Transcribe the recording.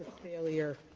failure